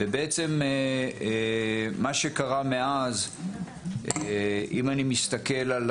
מה שקרה מאז, אם אני מסתכל על